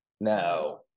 Now